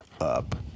up